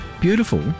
beautiful